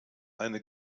eine